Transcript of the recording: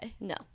No